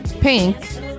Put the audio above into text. Pink